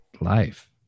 life